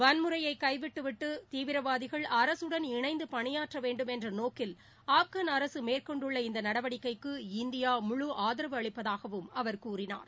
வன்முறையை கைவிட்டு விட்டு தீவிரவாதிகள் அரசுடன் இணைந்து பணியாற்ற வேண்டும் என்ற நோக்கில் ஆப்கான் அரசு மேற்கொண்டுள்ள இந்த நடவடிக்கைக்கு இந்தியா முழு ஆதரவு அளிப்பதாகவும் அவர் கூறினார்